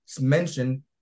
mentioned